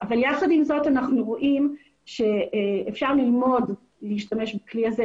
יחד עם זאת אנחנו רואים שאפשר ללמוד להשתמש בכלי הזה.